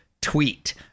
tweet